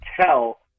tell